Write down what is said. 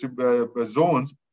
zones